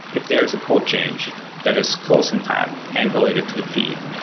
if there is a code change that is close in time and related to the feed,